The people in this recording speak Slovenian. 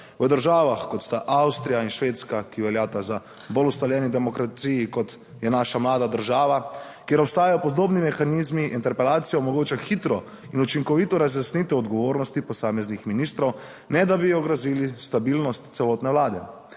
(nadaljevanje) Švedska, ki veljata za bolj ustaljeni demokraciji, kot je naša mlada država, kjer obstajajo podobni mehanizmi, interpelacija omogoča hitro in učinkovito razjasnitev odgovornosti posameznih ministrov, ne da bi ogrozili stabilnost celotne vlade.